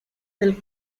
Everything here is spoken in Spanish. del